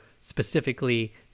specifically